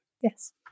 Yes